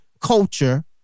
culture